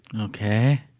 Okay